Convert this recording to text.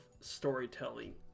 storytelling